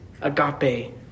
agape